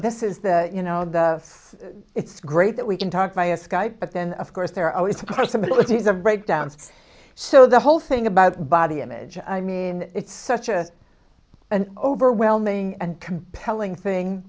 this is the you know the it's great that we can talk via skype but then of course there are always possibilities of breakdowns so the whole thing about body image i mean it's such a an overwhelming and compelling thing